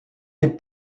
les